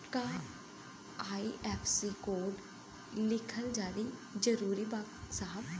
का IFSC code लिखल जरूरी बा साहब?